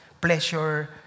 pleasure